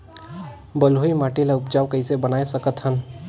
बलुही माटी ल उपजाऊ कइसे बनाय सकत हन?